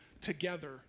together